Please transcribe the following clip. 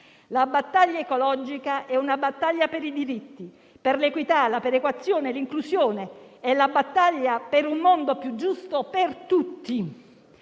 Quella ecologica è una battaglia per i diritti, l'equità, la perequazione e l'inclusione. È la battaglia per un mondo più giusto per tutti.